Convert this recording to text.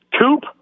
Coop